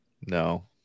No